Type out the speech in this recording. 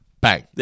Bang